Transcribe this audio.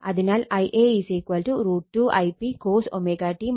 അതിനാൽ Ia √ 2 Ip cos